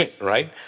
Right